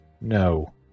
No